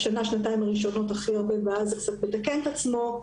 בשנה-שנתיים הראשונות ואז זה קצת מתקן את עצמו,